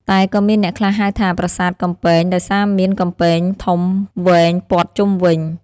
តែក៏មានអ្នកខ្លះហៅថា ប្រាសាទកំពែងដោយសារមាន កំពែងធំវែងព័ទ្ធជុំវិញ ។